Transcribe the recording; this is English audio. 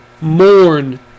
mourn